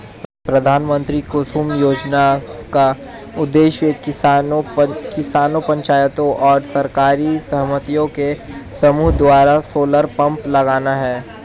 प्रधानमंत्री कुसुम योजना का उद्देश्य किसानों पंचायतों और सरकारी समितियों के समूह द्वारा सोलर पंप लगाना है